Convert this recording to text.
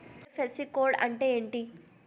IFSC code అంటే ఏంటి?